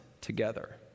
together